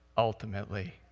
Ultimately